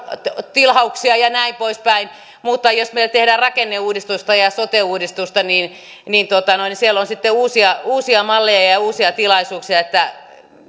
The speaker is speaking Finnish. tilauksia ja näin poispäin mutta jos meillä tehdään rakenneuudistusta ja sote uudistusta niin siellä on sitten uusia uusia malleja ja ja uusia tilaisuuksia